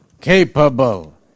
capable